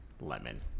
Lemon